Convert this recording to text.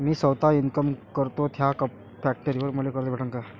मी सौता इनकाम करतो थ्या फॅक्टरीवर मले कर्ज भेटन का?